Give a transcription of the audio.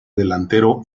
delantero